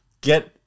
get